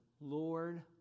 Lord